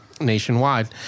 nationwide